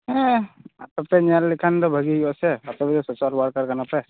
ᱦᱮᱸ ᱟᱯᱮᱯᱮ ᱧᱮᱞ ᱞᱮᱠᱷᱟᱱ ᱫᱚ ᱵᱷᱟᱜᱮ ᱦᱩᱭᱩᱜᱼᱟ ᱥᱮ ᱟᱯᱮᱯᱮ ᱥᱳᱥᱟᱞ ᱳᱭᱟᱨᱠᱟᱨ ᱠᱟᱱᱟᱯᱮ